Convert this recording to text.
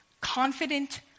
confident